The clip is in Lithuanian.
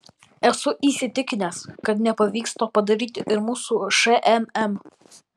esu įsitikinęs kad nepavyks to padaryti ir mūsų šmm